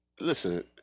Listen